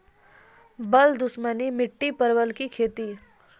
बल दुश्मनी मिट्टी परवल की खेती?